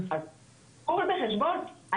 קחו בחשבון,